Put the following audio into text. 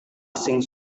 asing